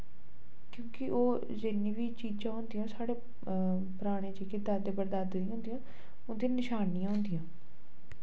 क्योंकि ओह् जिन्नी वी चीजां होंदियां ओह् साढ़े पराने जेह्के दादे परदादे दियां होंदियां उंदी नशानियां होंदियां